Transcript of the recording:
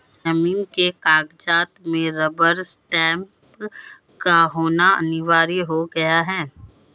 जमीन के कागजात में रबर स्टैंप का होना अनिवार्य हो गया है